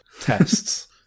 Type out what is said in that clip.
tests